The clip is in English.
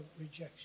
rejection